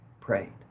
prayed